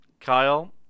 Kyle